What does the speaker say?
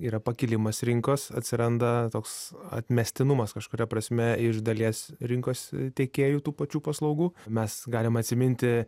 yra pakilimas rinkos atsiranda toks atmestinumas kažkuria prasme iš dalies rinkos tiekėjų tų pačių paslaugų mes galim atsiminti